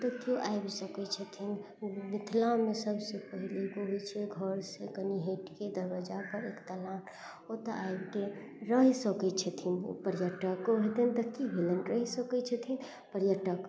तऽ केओ आबि सकैत छथिन मिथिलामे सबसे पहिले जाइ छै घर से कनी हटिके दरवजा पर एक दलान ओतऽ आबिके रहि सकैत छथिन पर्यटको हेतनि तऽ की भेलनि रहि सकैत छथिन पर्यटक